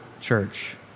Church